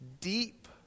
Deep